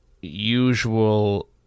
usual